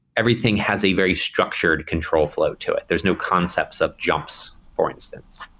everything has a very structured control flow to it. there's no concepts of jumps, for instance.